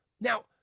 Now